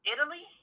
Italy